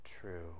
true